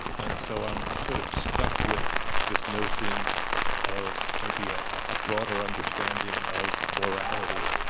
and so i'm i'm sort of stuck with this notion of maybe a ah broader understanding of morality.